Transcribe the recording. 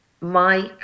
Mike